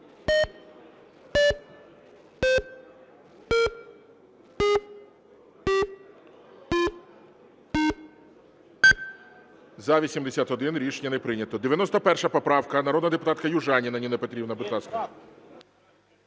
За-81 Рішення не прийнято. 91 поправка, народна депутатка Южаніна Ніна Петрівна, будь ласка.